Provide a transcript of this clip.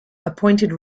appointed